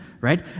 right